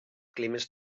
climes